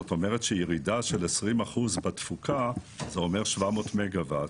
זאת אומרת שירידה של 20% בתפוקה אומרת 700 מגה-וואט.